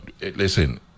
Listen